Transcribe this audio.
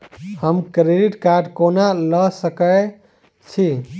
हम credit card कोना लऽ सकै छी?